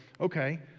okay